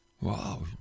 Wow